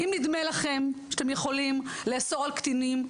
אם נדמה לכם שאתם יכולים לאסור על קטינים,